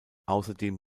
außerdem